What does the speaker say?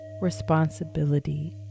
responsibility